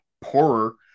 poorer